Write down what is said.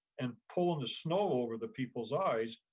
and pulling the snow over the people's eyes,